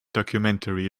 documentary